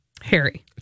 Harry